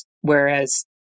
whereas